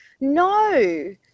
No